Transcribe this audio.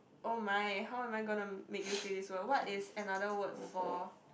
oh my how am I gonna make you say this word what is another word for